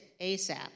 ASAP